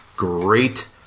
great